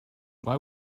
why